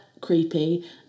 creepy